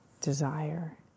desire